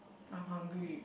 I'm hungry